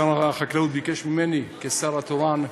שר החקלאות ביקש ממני, כשר התורן,